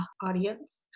audience